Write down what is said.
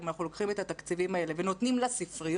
אם אנחנו לוקחים את התקציבים האלה ונותנים לספריות,